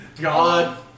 God